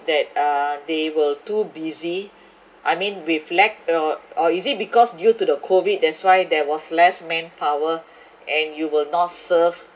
that uh they were too busy I mean with lack of or is it because due to the COVID that's why there was less manpower and you were not served